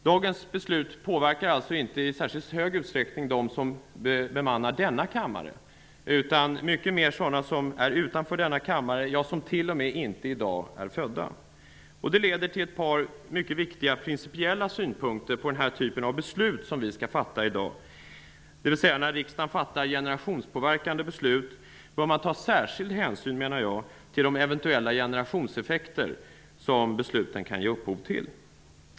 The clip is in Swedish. Dagens beslut påverkar alltså inte i särskilt hög utsträckning dem som bemannar denna kammare utan mycket mer sådana som är utanför denna kammare och t.o.m. de som inte i dag är födda. Det leder till ett par mycket viktiga principiella synpunkter på den typ av beslut som vi skall fatta i dag. När riksdagen fattar generationspåverkande beslut bör man ta särskild hänsyn, menar jag, till de eventuella generationseffekter som besluten kan ge upphov till.